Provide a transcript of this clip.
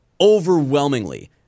overwhelmingly